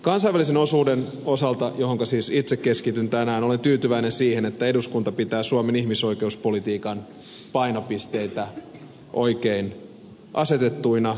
kansainvälisen osuuden osalta johonka siis itse keskityn tänään olen tyytyväinen siihen että eduskunta pitää suomen ihmisoikeuspolitiikan painopisteitä oikein asetettuina